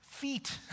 feet